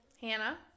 Hannah